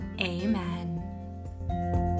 amen